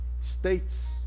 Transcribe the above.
states